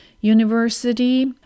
University